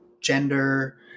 gender